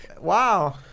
Wow